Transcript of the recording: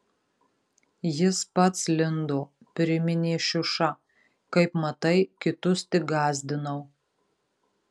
jis pats lindo priminė šiuša kaip matai kitus tik gąsdinau